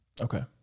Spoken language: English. Okay